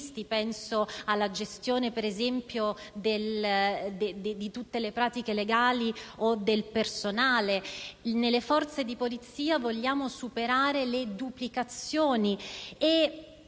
e alla gestione, per esempio, di tutte le pratiche legali o del personale. Nelle forze di polizia vogliamo superare le duplicazioni